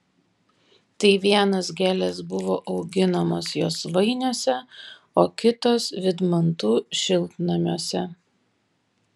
tai vienos gėlės buvo auginamos josvainiuose o kitos vydmantų šiltnamiuose